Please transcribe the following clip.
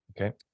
Okay